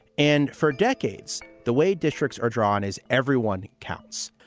and for decades, the way districts are drawn is everyone counts.